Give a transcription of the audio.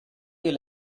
you